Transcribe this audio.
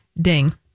Ding